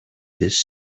this